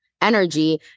energy